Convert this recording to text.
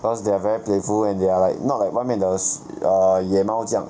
cause they are very playful and they are like not like 外面的 s~ 野猫这样